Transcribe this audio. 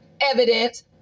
evidence